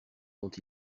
dont